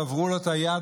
שברו לו את היד,